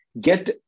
get